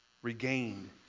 Regained